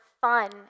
fun